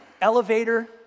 elevator